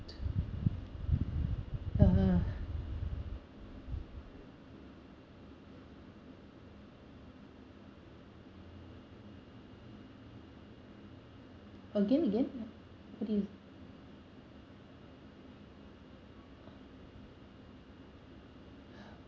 uh uh again again what did